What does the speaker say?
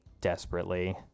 desperately